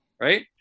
right